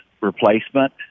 replacement